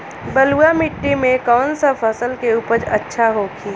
बलुआ मिट्टी में कौन सा फसल के उपज अच्छा होखी?